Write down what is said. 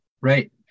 right